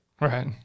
Right